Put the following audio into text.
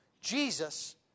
Jesus